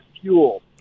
fuel